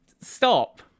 stop